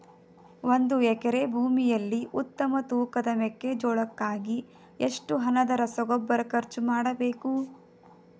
ಒಂದು ಎಕರೆ ಭೂಮಿಯಲ್ಲಿ ಉತ್ತಮ ತೂಕದ ಮೆಕ್ಕೆಜೋಳಕ್ಕಾಗಿ ಎಷ್ಟು ಹಣದ ರಸಗೊಬ್ಬರ ಖರ್ಚು ಮಾಡಬೇಕು?